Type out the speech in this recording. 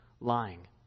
lying